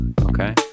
Okay